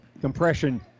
compression